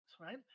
right